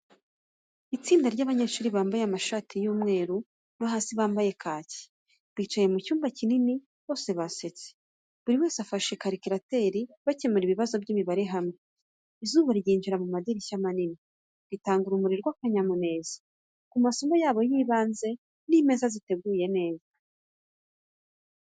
Itsinda ry’abanyeshuri bambaye amashati y'umweru no hasi bampaye kaki, bicaye mu cyumba kinini, bose basetse, buri wese afashe karikirateri, bakemura ibibazo by’imibare hamwe, izuba ryinjira mu madirishya manini, ritanga urumuri rw’akanyamuneza ku maso yabo y'ibanze n’imeza ziteguye neza.